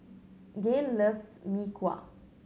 Gayle loves Mee Kuah